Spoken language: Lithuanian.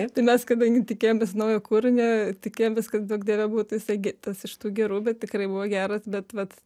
ir tai mes kadangi tikėjomės naujo kūrinio tikėjomės kad duok dieve būtų jisai gi tas iš tų gerų bet tikrai buvo geras bet vat